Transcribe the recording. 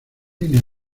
líneas